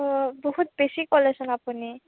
অঁ বহুত বেছি ক'লেচোন আপুনি